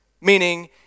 meaning